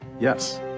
Yes